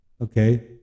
okay